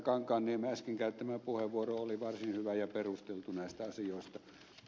kankaanniemen äsken käyttämä puheenvuoro oli varsin hyvä ja perusteltu näistä asioista